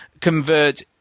convert